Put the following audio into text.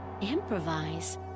improvise